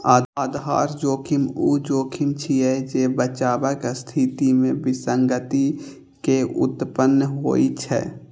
आधार जोखिम ऊ जोखिम छियै, जे बचावक स्थिति मे विसंगति के उत्पन्न होइ छै